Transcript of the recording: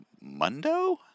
Mundo